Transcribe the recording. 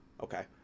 okay